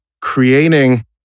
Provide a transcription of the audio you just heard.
creating